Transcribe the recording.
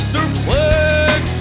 Suplex